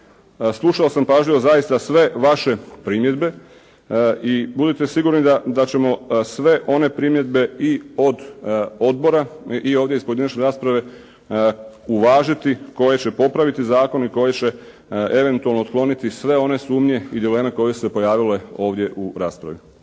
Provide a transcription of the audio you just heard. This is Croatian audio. Slušao sam pažljivo zaista sve vaše primjedbe i budite sigurni da, da ćemo sve one primjedbe i od Odbora i ovdje iz pojedinačne rasprave uvažiti koje će popraviti zakon i koje će eventualno otkloniti sve one sumnje i dileme koje su se pojavile ovdje u raspravi.